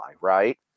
right